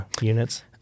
units